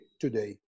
today